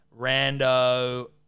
Rando